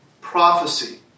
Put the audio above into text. prophecy